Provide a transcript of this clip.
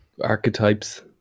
archetypes